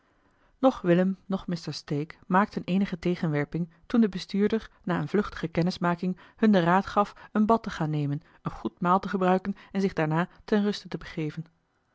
willem noch mr stake maakten eenige tegenwerping toen de bestuurder na eene vluchtige kennismaking hun den raad gaf een bad te gaan nemen een goed maal te gebruiken en zich daarna ter ruste te begeven